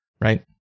right